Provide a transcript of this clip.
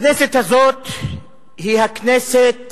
הכנסת הזאת היא הכנסת